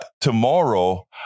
Tomorrow